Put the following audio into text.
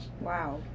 Wow